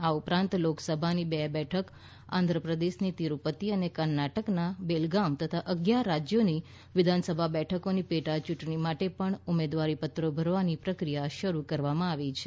આ ઉપરાંત લોકસભાની બે બેઠક આંધ્રપ્રદેશની તિરૃપતિ અને કર્ણાટકના બેલગામ તથા અગિયાર રાજ્યોની વિધાનસભા બેઠકોની પેટા ચૂંટણી માટે પણ ઉમેદવારીપત્રો ભરવાની પ્રક્રિયા શરૂ કરવામાં આવી છે